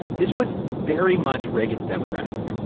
this was very much reagan's demographic.